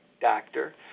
doctor